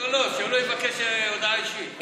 לא לא, שהוא לא יבקש הודעה אישית.